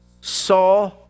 saw